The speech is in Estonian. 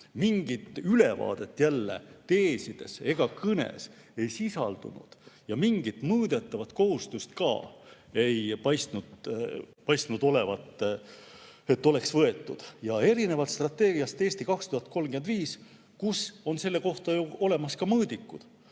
Mingit ülevaadet teesides ega kõnes jälle ei sisaldunud ja mingit mõõdetavat kohustust ka ei paistnud olevat võetud, erinevalt strateegiast "Eesti 2035", kus on selle kohta olemas ka mõõdikud.